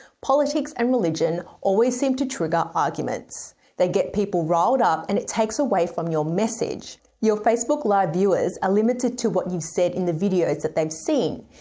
politics and religion always seem to trigger arguments they get people riled up and it takes away from your message. your facebook live viewers are limited to what you've said in the videos that they've seen.